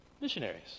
Missionaries